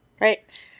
right